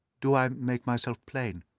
do i make myself plain?